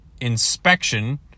inspection